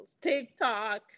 TikTok